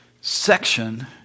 section